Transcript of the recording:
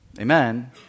Amen